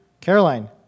Caroline